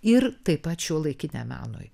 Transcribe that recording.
ir taip pat šiuolaikiniam menui